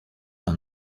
and